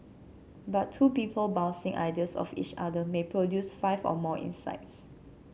but two people bouncing ideas off each other may produce five or more insights